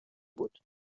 بود